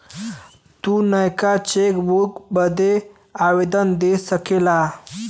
तू नयका चेकबुक बदे आवेदन दे सकेला